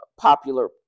popular